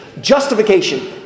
justification